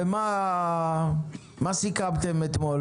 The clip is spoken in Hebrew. ומה סיכמתם אתמול?